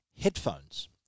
headphones